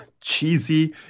cheesy